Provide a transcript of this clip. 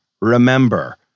Remember